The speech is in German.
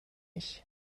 mich